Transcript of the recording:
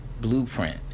blueprint